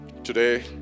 Today